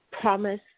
promise